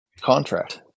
contract